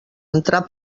entrar